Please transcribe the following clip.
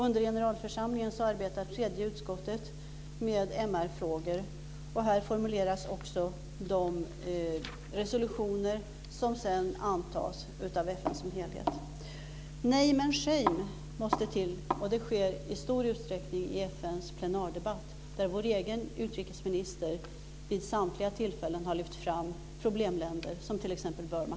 Under generalförsamlingen arbetar tredje utskottet med MR-frågor, och här formuleras också de resolutioner som sedan antas av FN som helhet. Name and shame måste till, och det sker i stor utsträckning i FN:s plenardebatt, där vår egen utrikesminister vid samtliga tillfällen har lyft fram problemländer som t.ex. Burma.